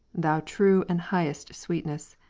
thou true and highest sweetness.